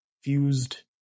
fused